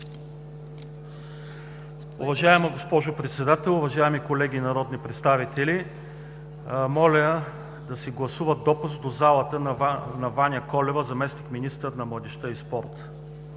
Уважаема госпожо Председател, уважаеми колеги народни представители! Моля да се гласува допуск в залата на Ваня Колева – заместник-министър на младежта и спорта.